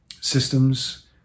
systems